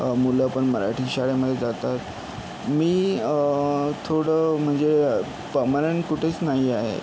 मुलं पण मराठी शाळेमध्ये जातात मी थोडं म्हणजे परमनंट कुठेच नाही आहे